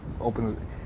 open